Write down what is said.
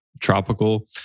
tropical